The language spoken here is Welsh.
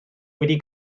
wedi